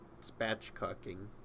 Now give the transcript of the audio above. spatchcocking